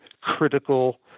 critical